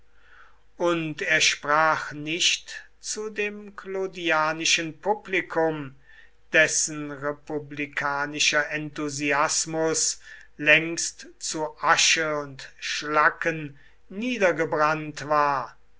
und er sprach nicht zu dem clodianischen publikum dessen republikanischer enthusiasmus längst zu asche und schlacken niedergebrannt war